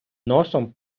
носом